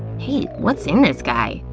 hey what's in this guy?